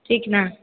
ठीक ने